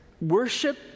worship